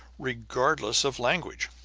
regardless of language.